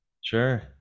Sure